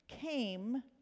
came